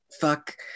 fuck